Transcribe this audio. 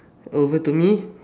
over to me